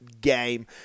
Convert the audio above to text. Game